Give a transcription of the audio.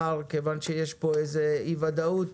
מכיוון שיש פה אי-ודאות,